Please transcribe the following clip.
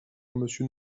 monsieur